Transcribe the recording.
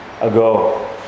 ago